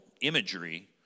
imagery